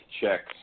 checks